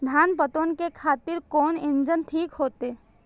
धान पटवन के खातिर कोन इंजन ठीक होते?